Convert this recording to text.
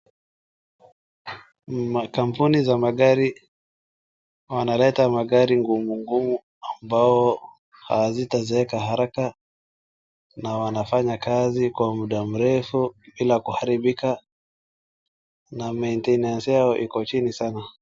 Makampuni za magari wanaleta magari ngumu ngumu ambao hazitazeeka haraka na wanafanya kazi kwa muda mrefu bila kuharibika na [maintenance] yao iko chini sana.